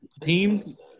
Teams